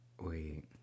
Wait